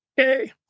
okay